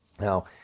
Now